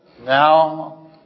Now